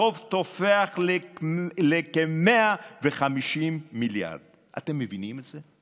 החוב תופח לכ-150 מיליארד ש"ח, אתם מבינים את זה?